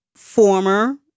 former